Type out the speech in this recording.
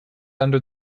under